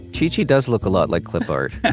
chi-chi does look a lot like clip art.